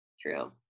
True